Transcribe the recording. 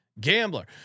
gambler